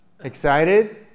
Excited